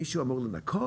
מישהו אמור לנקות?